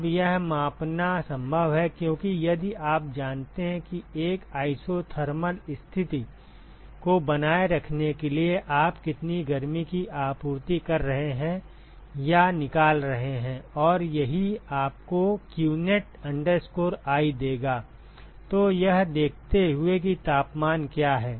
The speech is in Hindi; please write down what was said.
अब यह मापना संभव है क्योंकि यदि आप जानते हैं कि एक isothermal स्थिति को बनाए रखने के लिए आप कितनी गर्मी की आपूर्ति कर रहे हैं या निकाल रहे हैं और यही आपको qnet i देगा तो यह देखते हुए कि तापमान क्या है